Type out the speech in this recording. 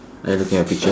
are you looking at picture